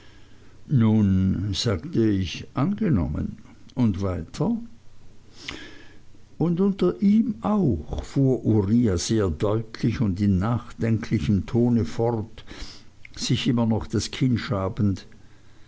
nun sagte ich angenommen und weiter und unter ihm auch fuhr uriah sehr deutlich und in nachdenklichem tone fort sich immer noch das kinn